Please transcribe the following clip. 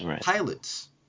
pilots